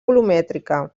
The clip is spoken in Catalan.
volumètrica